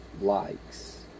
likes